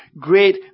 great